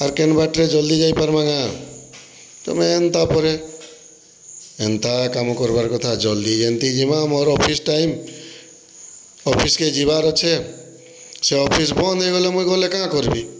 ଆର୍ କେନ୍ ବାଟେରେ ଜଲ୍ଦି ଯାଇପାର୍ମା କେଁ ତମେ ଏନ୍ତା ପରେ ଏନ୍ତା କାମ କର୍ବାର୍ କଥା ଜଲ୍ଦି ଜେନ୍ତି ଯିମା ମୋର୍ ଅଫିସ୍ ଟାଇମ୍ ଅଫିସ୍କେ ଯିବାର୍ ଅଛେ ସେ ଅଫିସ୍ ବନ୍ଦ୍ ହେଇଗଲେ ମୁଇଁ ଗଲେ କାଁ କର୍ବି